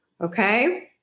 okay